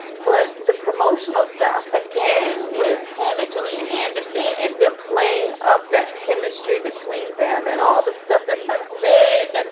but the promotional stuff, again, with him and gillian anderson and then playing up that chemistry between them and all the stuff that's unsaid, if,